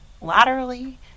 laterally